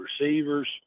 receivers